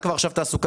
הגיע